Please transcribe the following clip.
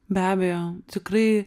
be abejo tikrai